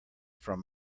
from